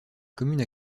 commune